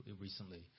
recently